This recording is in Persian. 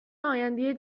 آینده